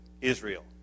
Israel